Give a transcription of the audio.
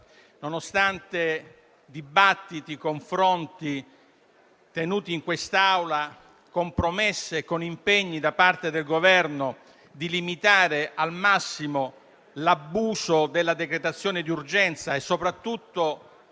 nonostante dibattiti e confronti tenuti in quest'Aula con promesse e con impegni da parte dell'Esecutivo di limitare al massimo l'abuso della decretazione di urgenza. Soprattutto,